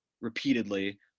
repeatedly